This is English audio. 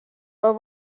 will